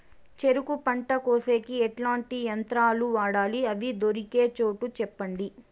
చెరుకు పంట కోసేకి ఎట్లాంటి యంత్రాలు వాడాలి? అవి దొరికే చోటు చెప్పండి?